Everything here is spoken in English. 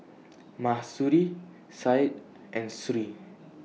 Mahsuri Syed and Sri